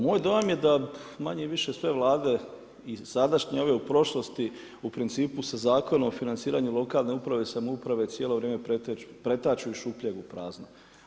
Moj dojam je da manje-više sve vlade i sadašnje i ove u prošlosti u principu sa Zakonom o financiranju lokalne uprave, samouprave, cijelo vrijeme pretaču iz šupljeg u prazno.